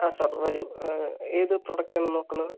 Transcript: ആ സാർ വരൂ ഏത് പ്രൊഡക്റ്റാണ് നോക്കുന്നത്